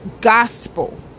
gospel